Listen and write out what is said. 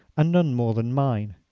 and none more than mine.